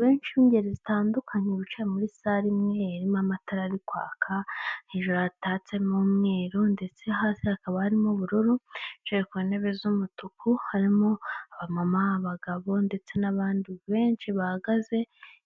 Benshi b'ingeri zitandukanye bicaye muri sare imwe irimo amatara ari kwaka hejuru hatatsemo umweru ndetse hasi hakaba harimo ubururu, bicaye ku ntebe z'umutuku harimo abamama, abagabo ndetse n'abandi benshi bahagaze,